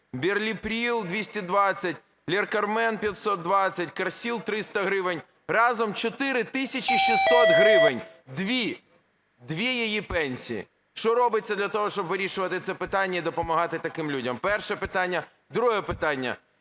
берліприл – 220, леркамен – 520, карсил – 300 гривень. Разом 4 тисячі 600 гривень. Дві, дві її пенсії. Що робиться для того, щоб вирішувати це питання і допомагати таким людям? Перше питання. Друге питання.